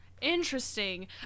Interesting